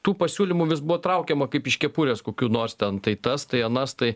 tų pasiūlymų vis buvo traukiama kaip iš kepurės kokių nors ten tai tas tai anas tai